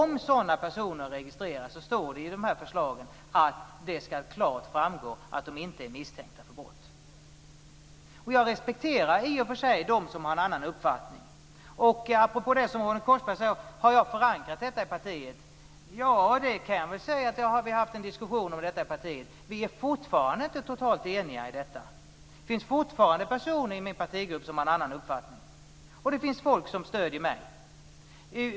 Om sådana personer registreras skall det enligt förslagen klart framgå att de inte är misstänkta för brott. Jag respekterar i och för sig dem som har en annan uppfattning. Ronny Korsberg frågade om jag har förankrat min uppfattning i partiet. Ja, vi har haft en diskussion om detta i mitt parti. Vi är fortfarande inte totalt eniga. Det finns fortfarande personer i min partigrupp som har en annan uppfattning, och det finns folk som stöder mig.